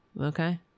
Okay